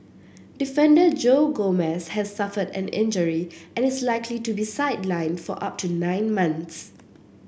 defender Joe Gomez has suffered an injury and is likely to be sidelined for up to nine months